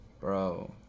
bro